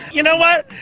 you know what?